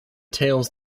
tales